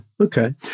Okay